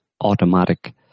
automatic